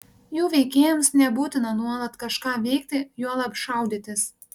jų veikėjams nebūtina nuolat kažką veikti juolab šaudytis